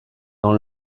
dans